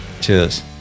Cheers